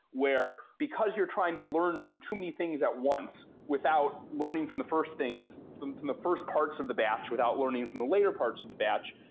where because you're trying to learn from too many things at once without learning from the first things from from the first parts of the batch without learning from the later parts of the batch,